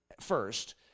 first